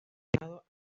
reinado